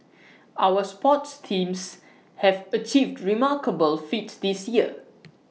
our sports teams have achieved remarkable feats this year